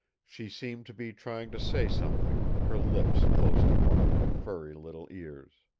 she seemed to be trying to say something, her lips close to one of the furry little ears.